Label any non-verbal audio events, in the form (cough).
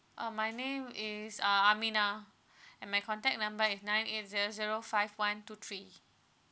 uh my name is uh aminah (breath) and my contact number is nine nine eight zero zero five one two three